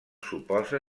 suposa